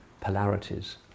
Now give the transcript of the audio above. polarities